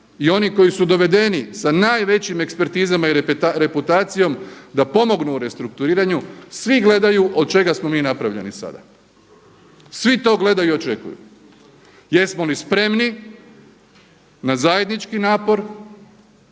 i oni koji su dovedeni sa najvećim ekspertizama i reputacijom da pomognu u restrukturiranju svi gledaju od čega smo mi napravljeni sada. Svi to gledaju i očekuju jesmo li spremni na zajednički napor